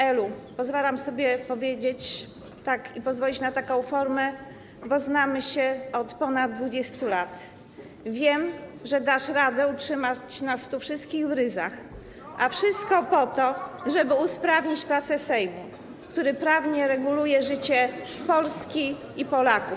Elu - pozwalam sobie tak powiedzieć, pozwolić na taką formę, bo znamy się od ponad 20 lat - wiem, że dasz radę utrzymać nas tu wszystkich w ryzach, a wszystko po to, żeby usprawnić prace Sejmu, który prawnie reguluje życie Polski i Polaków.